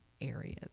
areas